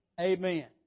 Amen